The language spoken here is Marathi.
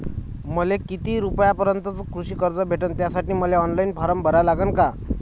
मले किती रूपयापर्यंतचं कृषी कर्ज भेटन, त्यासाठी मले ऑनलाईन फारम भरा लागन का?